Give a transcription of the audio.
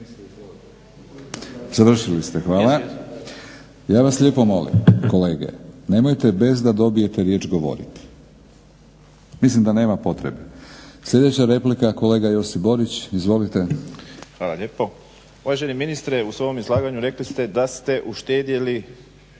Završili ste? Hvala. Ja vas lijepo molim kolege nemojte bez da dobijete riječ govoriti. Mislim da nema potrebe. Sljedeća replika kolega Josip Borić, izvolite. **Borić, Josip (HDZ)** Hvala lijepo. Uvaženi ministre, u svom izlaganju rekli ste da ste uštedjeli